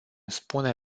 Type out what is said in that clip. spune